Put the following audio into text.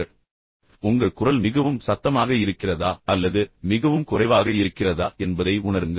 உங்கள் குரல் போதுமான அளவு கேட்கப்படுகிறதா அல்லது மிகவும் சத்தமாக இருக்கிறதா அல்லது மிகவும் குறைவாக இருக்கிறதா என்பதை உணருங்கள்